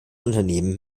unternehmen